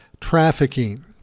trafficking